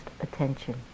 attention